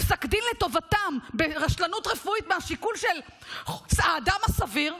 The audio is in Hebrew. פסק דין לטובתם ברשלנות רפואית מהשיקול של האדם הסביר,